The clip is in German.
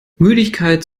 müdigkeit